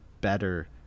better